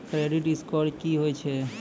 Credit score की होय छै?